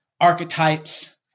archetypes